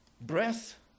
Breath